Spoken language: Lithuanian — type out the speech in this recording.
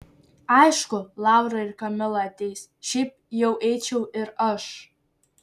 aišku laura ir kamila ateis šiaip jau eičiau ir aš